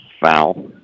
foul